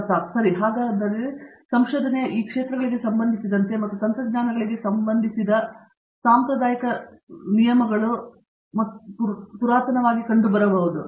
ಪ್ರತಾಪ್ ಹರಿಡೋಸ್ ಸರಿ ಹಾಗಾಗಿ ಸಂಶೋಧನೆಯ ಈ ಕ್ಷೇತ್ರಗಳಿಗೆ ಸಂಬಂಧಿಸಿದಂತೆ ಈ ತಂತ್ರಜ್ಞಾನಗಳಿಗೆ ಸಂಬಂಧಿಸಿದ ನಿಯಮಗಳು ಸಾಂಪ್ರದಾಯಿಕ ಮತ್ತು ಪುರಾತನವಾಗಿ ಕಂಡುಬರಬಹುದು